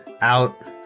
out